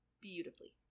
beautifully